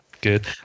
Good